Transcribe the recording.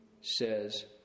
says